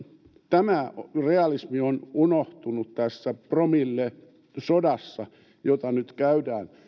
tämä realismi on unohtunut tässä promillesodassa jota nyt käydään